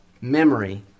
memory